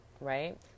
Right